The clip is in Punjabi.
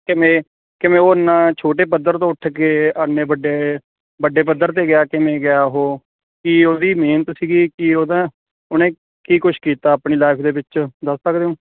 ਕਿਵੇਂ ਕਿਵੇਂ ਉਹ ਐਨਾ ਛੋਟੇ ਪੱਧਰ ਤੋਂ ਉੱਠ ਕੇ ਐਨੇ ਵੱਡੇ ਵੱਡੇ ਪੱਧਰ 'ਤੇ ਗਿਆ ਕਿਵੇਂ ਗਿਆ ਉਹ ਕਿ ਉਹਦੀ ਮਿਹਨਤ ਸੀਗੀ ਕੀ ਉਹਦਾ ਉਹਨੇ ਕੀ ਕੁਛ ਕੀਤਾ ਆਪਣੀ ਲਾਈਫ ਦੇ ਵਿੱਚ ਦੱਸ ਸਕਦੇ ਹੋ